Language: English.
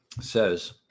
says